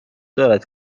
دارد